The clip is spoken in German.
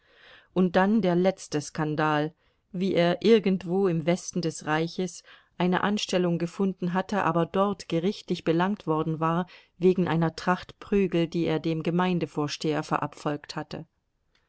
und dann der letzte skandal wie er irgendwo im westen des reiches eine anstellung gefunden hatte aber dort gerichtlich belangt worden war wegen einer tracht prügel die er dem gemeindevorsteher verabfolgt hatte